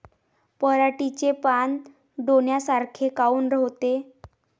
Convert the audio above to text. पराटीचे पानं डोन्यासारखे काऊन होते?